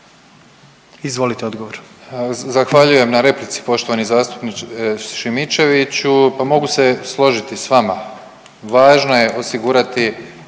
Davor (HDZ)** Zahvaljujem na replici poštovani zastupniče Šimičeviću. Pa mogu se složiti s vama, važno je osigurati